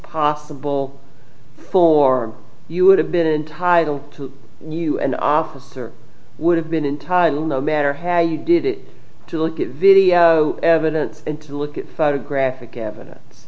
possible for you would have been entitled to you an officer would have been in time no matter how you did it to look at video evidence in to look at photographic evidence